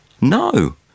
No